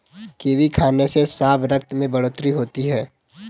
kiwi खाने से साफ रक्त में बढ़ोतरी होती है